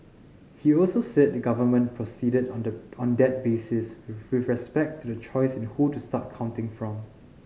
he also said the government proceeded on the that basis with respect to the choice in who to start counting from